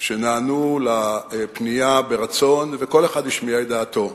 שנענו לפנייה ברצון וכל אחד השמיע את דעתו.